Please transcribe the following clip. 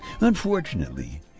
Unfortunately